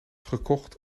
gekocht